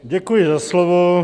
Děkuji za slovo.